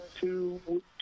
two